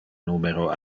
numero